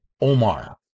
Omar